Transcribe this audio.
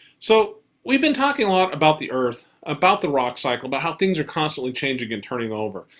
so we've been talking a lot about the earth, about the rock cycle, about how things are constantly changing and turning over.